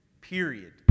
period